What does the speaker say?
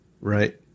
Right